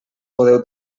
podeu